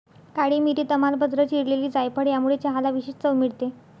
काळी मिरी, तमालपत्र, चिरलेली जायफळ यामुळे चहाला विशेष चव मिळते